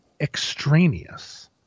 extraneous